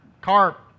carp